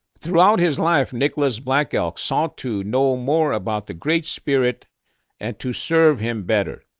throughout his life, nicholas black elk sought to know more about the great spirit and to serve him better.